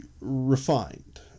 refined